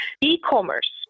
e-commerce